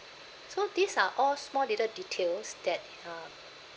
so these are all small little details that are